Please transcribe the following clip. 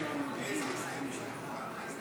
ההצבעה: 51 בעד, 60 נגד,